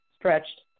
stretched